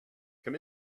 come